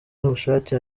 n’ubushake